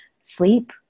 sleep